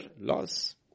loss